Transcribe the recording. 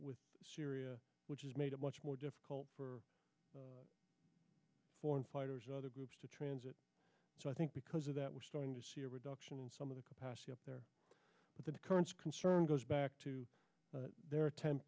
with syria which has made it much more difficult for foreign fighters other groups to transit so i think because of that we're starting to see a reduction in some of the capacity up there but the currents concern goes back to their attempt